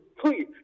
please